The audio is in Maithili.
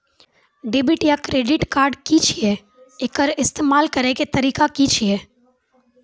डेबिट या क्रेडिट कार्ड की छियै? एकर इस्तेमाल करैक तरीका की छियै?